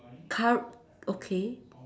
car okay